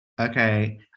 Okay